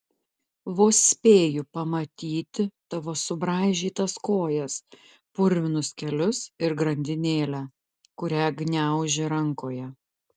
vos spėju pamatyti tavo subraižytas kojas purvinus kelius ir grandinėlę kurią gniauži rankoje